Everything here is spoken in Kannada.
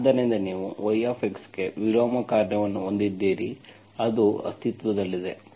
ಆದ್ದರಿಂದ ನೀವು y ಗೆ ವಿಲೋಮ ಕಾರ್ಯವನ್ನು ಹೊಂದಿದ್ದೀರಿ ಅದು ಅಸ್ತಿತ್ವದಲ್ಲಿದೆ